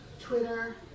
Twitter